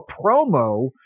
promo